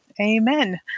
Amen